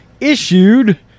issued